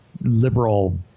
liberal